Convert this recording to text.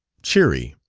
cheery,